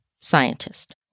scientist